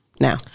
now